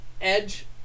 edge